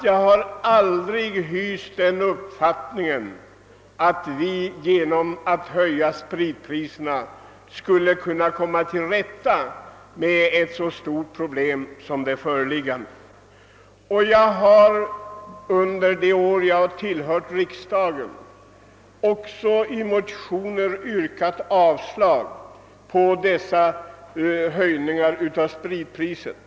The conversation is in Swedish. Jag har aldrig hyst den uppfattningen att vi genom en höjning av spritpriserna skulle kunna lösa ett så stort problem som det föreliggande. Under de år jag tillhört riksdagen har jag i motioner yrkat avslag på föreslagna höjningar av spritpriset.